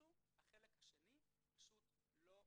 תשתמשו אז החלק השני הוא פשוט לא נכון.